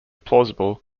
plausible